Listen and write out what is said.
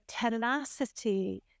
tenacity